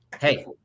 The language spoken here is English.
Hey